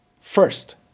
First